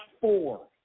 four